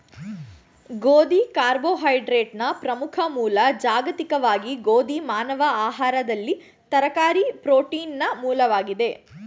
ಗೋಧಿ ಕಾರ್ಬೋಹೈಡ್ರೇಟ್ನ ಪ್ರಮುಖ ಮೂಲ ಜಾಗತಿಕವಾಗಿ ಗೋಧಿ ಮಾನವ ಆಹಾರದಲ್ಲಿ ತರಕಾರಿ ಪ್ರೋಟೀನ್ನ ಮೂಲವಾಗಿದೆ